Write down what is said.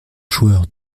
joueur